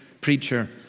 preacher